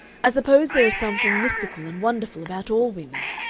i suppose there is something mystical and wonderful about all women.